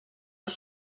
the